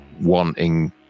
wanting